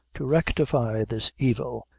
to rectify this evil.